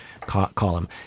column